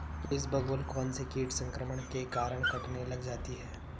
इसबगोल कौनसे कीट संक्रमण के कारण कटने लग जाती है?